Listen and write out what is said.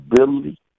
ability